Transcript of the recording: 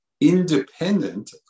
independent